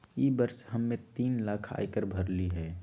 ई वर्ष हम्मे तीन लाख आय कर भरली हई